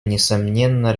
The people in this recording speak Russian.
несомненно